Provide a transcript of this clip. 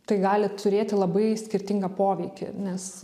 tai gali turėti labai skirtingą poveikį nes